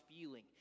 feeling